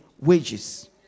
wages